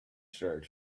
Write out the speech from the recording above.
started